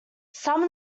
some